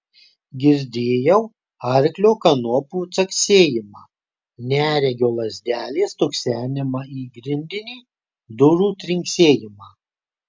girdėjau arklio kanopų caksėjimą neregio lazdelės stuksenimą į grindinį durų trinksėjimą